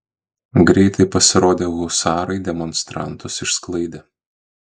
greitai pasirodę husarai demonstrantus išsklaidė